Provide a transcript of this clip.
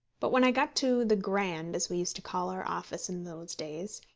but when i got to the grand, as we used to call our office in those days,